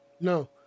No